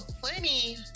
plenty